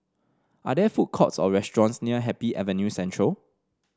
are there food courts or restaurants near Happy Avenue Central